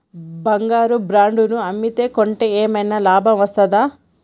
బంగారు బాండు ను అమ్మితే కొంటే ఏమైనా లాభం వస్తదా?